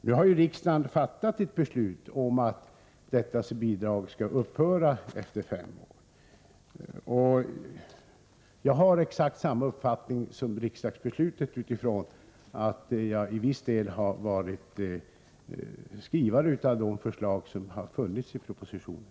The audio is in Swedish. Nu har ju riksdagen fattat ett beslut om att detta bidrag skall upphöra efter fem år. Jag har exakt samma uppfattning som den som uttrycks i riksdagsbeslutet — jag har i viss del varit skrivare av förslagen i propositionen.